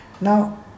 now